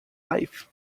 life